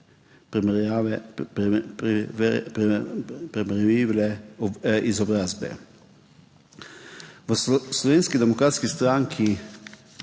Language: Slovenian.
V Slovenski demokratski stranki